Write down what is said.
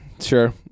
sure